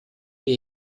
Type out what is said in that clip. die